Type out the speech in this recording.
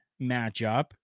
matchup